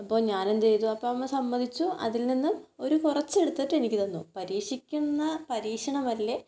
അപ്പോൾ ഞാൻ എന്തു ചെയ്തു അപ്പം അമ്മ സമ്മതിച്ചു അതിൽനിന്ന് ഒരു കുറച്ച് എടുത്തിട്ട് എനിക്ക് തന്നു പരീക്ഷിക്കുന്ന പരീക്ഷണമല്ലേ